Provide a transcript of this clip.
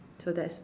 so that's